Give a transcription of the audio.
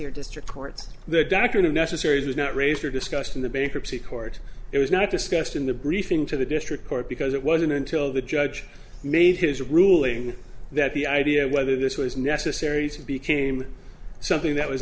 or district courts the doctrine of necessary was not raised or discussed in the bankruptcy court it was not discussed in the briefing to the district court because it wasn't until the judge made his ruling that the idea of whether this was necessary to became something that was